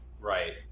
Right